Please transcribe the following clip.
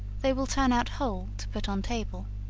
they will turn out whole to put on table.